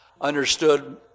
understood